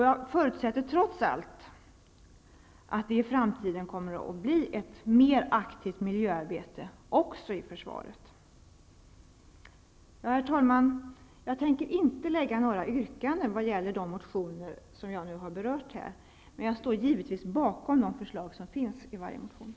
Jag förutsätter trots allt att det i framtiden kommer att bli ett mer aktivt miljöarbete också i försvaret. Herr talman! Jag tänker inte framföra några yrkanden vad gäller de motioner som jag nu har berört, men jag står givetvis bakom de förslag som finns i dessa motioner.